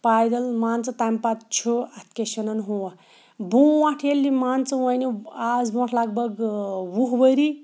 پایدٕلۍ مان ژٕ تَمہِ پَتہٕ چھُ اَتھ کیٛاہ چھِ وَنان ہُہ بروںٛٹھ ییٚلہِ یہِ مان ژٕ وۄنہِ اَز بروںٛٹھ لگ بگ وُہ ؤری